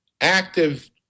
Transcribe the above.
active